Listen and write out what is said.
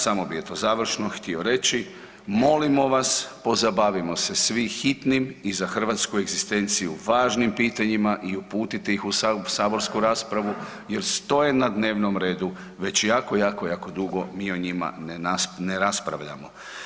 Samo bih završno htio reći, molimo vas pozabavimo se svim hitnim i za hrvatsku egzistenciju važnim pitanjima i uputite ih u saborsku raspravu jer stoje na dnevnom redu već jako, jako, jako dugo mi o njima ne raspravljamo.